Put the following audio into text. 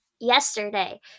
yesterday